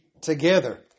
together